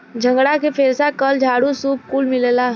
झगड़ा में फेरसा, कल, झाड़ू, सूप कुल मिलेला